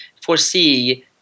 foresee